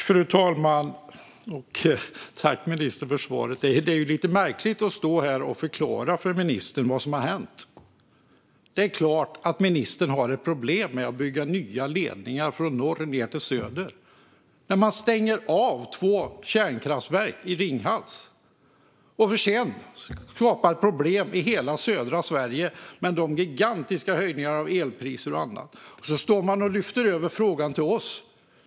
Fru talman! Tack, ministern, för svaret! Det är lite märkligt att jag ska stå här och förklara för ministern vad som har hänt. Det är klart att ni har problem när det gäller att bygga nya ledningar från norr ned till söder. Ni stänger av två kärnkraftverk i Ringhals och skapar problem i hela södra Sverige med gigantiska höjningar av elpriser och annat, och sedan står ni och lyfter över frågan till oss.